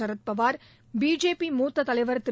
Sharad Pawar BJP மூத்த தலைவர் திரு